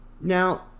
now